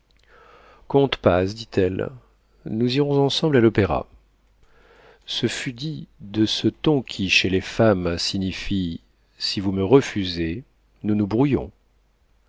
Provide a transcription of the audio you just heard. dit-elle nous irons ensemble à l'opéra ce fut dit de ce ton qui chez les femmes signifie si vous me refusez nous nous brouillons